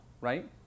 right